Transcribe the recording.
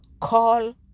call